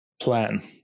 plan